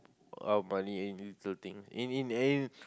our money in little thing in in any